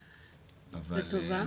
לטובה?